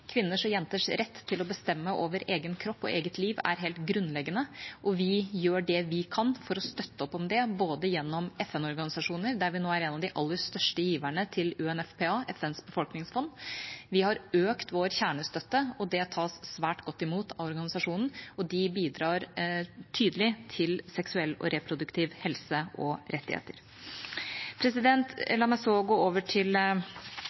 jenters rett til å bestemme over egen kropp og eget liv er helt grunnleggende. Vi gjør det vi kan for å støtte opp om det gjennom FN-organisasjoner, der vi nå er en av de aller største giverne til UNFPA, FNs befolkningsfond. Vi har økt vår kjernestøtte, og det tas svært godt imot av organisasjonen. De bidrar tydelig til seksuell og reproduktiv helse og rettigheter. La meg så gå over til